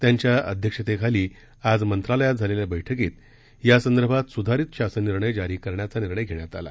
त्यांच्या अध्यक्षतेखाली आज मंत्रालयात झालेल्या बैठकीत यासंदर्भात स्धारित शासन निर्णय जारी करण्याचा निर्णय घेण्यात आला